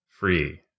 free